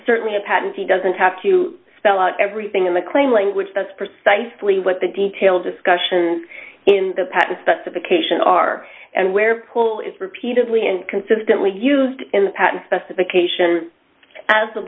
certainly a patent he doesn't have to spell out everything in the claim language that's precisely what the detailed discussion in the patent specification are and where pool is repeatedly and consistently used in the patent specification as